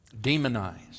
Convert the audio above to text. demonized